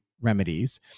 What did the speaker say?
remedies